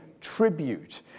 tribute